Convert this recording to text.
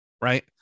Right